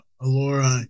Alora